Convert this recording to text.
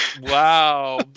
wow